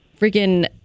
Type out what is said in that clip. freaking